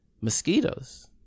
mosquitoes